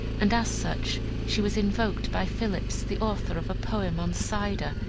and as such she was invoked by phillips, the author of a poem on cider,